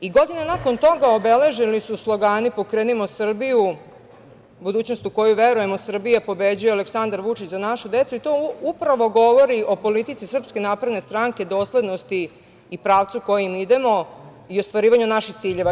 I godina nakon toga obeležili su slogani „pokrenimo Srbiju“, „budućnost u koju verujemo“, „Srbija pobeđuje-Aleksandar Vuči za našu decu“ i to upravo govori o politici SNS, doslednosti i pravcu kojim idemo i ostvarivanju naših ciljeva.